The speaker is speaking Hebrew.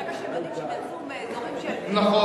ברגע שהם יודעים שהם יצאו מאזורים, נכון.